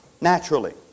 naturally